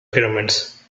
pyramids